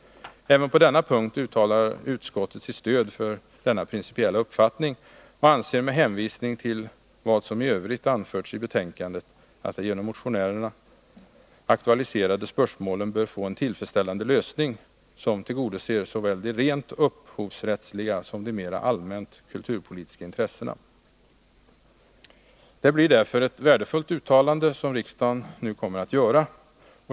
Även på denna punkt uttalar utskottet sitt stöd för denna principiella uppfattning, och anser med hänvisning till vad som i övrigt anförts i betänkandet, att det genom motionerna aktualiserade spörsmålet bör få en tillfredsställande lösning som tillgodoser såväl de rent upphovsrättsliga som de mera allmänt kulturpolitiska intressena. Det blir därför ett värdefullt uttalande som riksdagen nu kommer att göra.